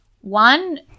One